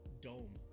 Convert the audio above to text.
dome